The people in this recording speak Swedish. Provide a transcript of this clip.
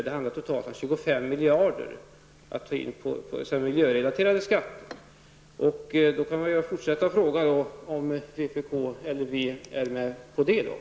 Det handlar totalt om 25 miljarder kronor i miljörelaterade skatter. Då kan man fortsätta och fråga om vänsterpartiet är med på detta.